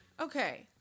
Okay